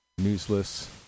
Newsless